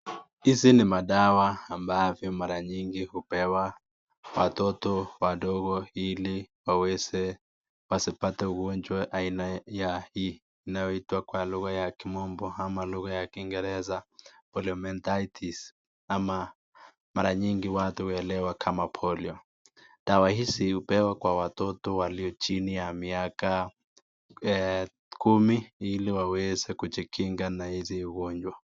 Hizi ni madawa ambavyo mara nyingi hupewa watoto wadogo ili waweze wasipate ugonjwa aina ya hii inayoitwa kwa lugha ya kimombo ama lugha ya kiingereza poliomyelitis ama mara nyingi watu huelewa kama polio. Dawa hizi hupewa kwa watoto walio chini ya miaka kumi ili waweze kujikinga na hizi ugonjwa.